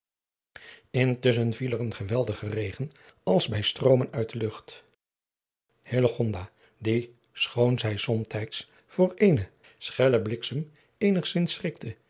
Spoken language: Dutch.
intusschen viel er een geweldige regen als bij stroomen uit de lucht hillegonda die schoon zij somtijds voor eenen sellen bliksem eenigzins